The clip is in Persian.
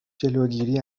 جلوگیری